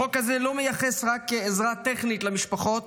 החוק הזה לא מייחס רק עזרה טכנית למשפחות,